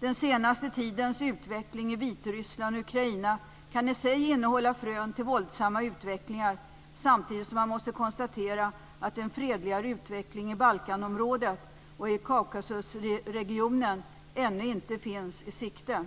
Den senaste tidens utveckling i Vitryssland och Ukraina kan i sig innehålla frön till en våldsam utveckling, samtidigt som man måste konstatera att en fredligare utveckling i Balkanområdet och i Kaukasusregionen ännu inte finns i sikte.